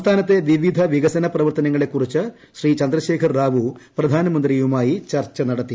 സംസ്ഥാനത്തെ വിവിധ വികസനപ്രവർത്തനങ്ങളെ കുറിച്ച് ശ്രീ ചന്ദ്രശേഖർ റാവു പ്രധാനമന്ത്രിയുമായി ചർച്ചിനൂടത്തി